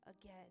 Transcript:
again